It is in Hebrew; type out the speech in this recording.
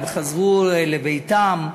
הם חזרו לביתם,